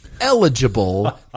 eligible